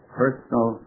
personal